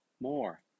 more